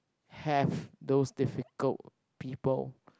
have those difficult people